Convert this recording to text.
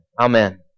Amen